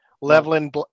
leveling